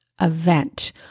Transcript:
event